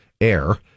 air